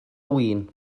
win